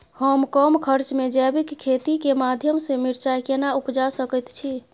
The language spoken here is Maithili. हम कम खर्च में जैविक खेती के माध्यम से मिर्चाय केना उपजा सकेत छी?